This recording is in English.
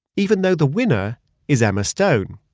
even though the winner is emma stone,